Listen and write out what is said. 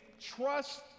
trust